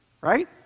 right